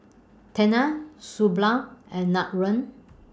Tena Suu Balm and Nutren